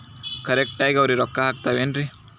Correct ಆಗಿ ಅವರಿಗೆ ರೊಕ್ಕ ಹೋಗ್ತಾವೇನ್ರಿ?